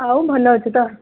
ଆଉ ଭଲ ଅଛୁ ତ